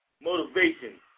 motivation